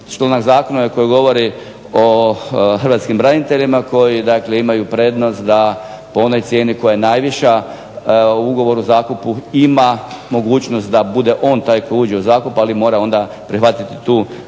i članak zakona koji govori o hrvatskim braniteljima koji dakle imaju prednost da po onoj cijeni koja je najviša u ugovoru o zakupu ima mogućnost da bude on taj koji uđe u zakup, ali mora onda prihvatiti tu cijenu